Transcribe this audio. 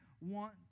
want